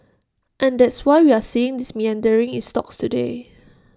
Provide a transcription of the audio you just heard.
and that's why we're seeing this meandering in stocks today